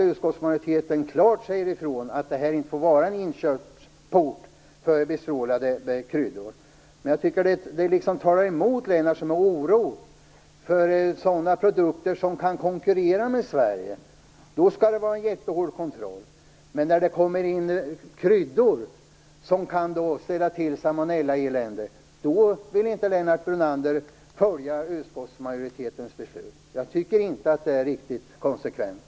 Utskottsmajoriteten säger ju klart ifrån att detta inte får bli en inkörsport för bestrålade varor. Men jag tycker att det som talar emot Lennart Brunanders oro är att när det gäller sådana produkter som kan konkurrera med svenska produkter skall det vara jättehård kontroll, men när det gäller kryddor som kan ställa till med salmonellaelände, då vill inte Jag tycker inte att det är riktigt konsekvent.